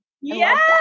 Yes